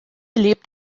lebt